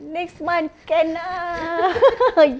next month can ah